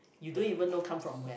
you don't even know come from where